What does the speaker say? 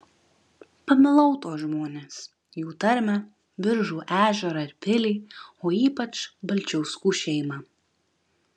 pamilau tuos žmones jų tarmę biržų ežerą ir pilį o ypač balčiauskų šeimą